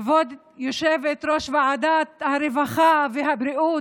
כבוד יושבת-ראש ועדת הרווחה והבריאות,